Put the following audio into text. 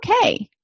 okay